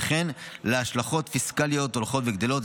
וכן להשלכות פיסקליות הולכות וגדלות.